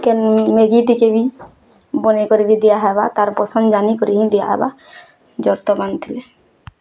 କେନ୍ Maggi ଟିକେ ବି ବନେଇକରି କି ଦିଆହେବା ତାର୍ ପସନ୍ଦ୍ ଜାନିକରି ହିଁ ଦିଆହେବା ଜର୍ ତ ମାନେଥିଲେ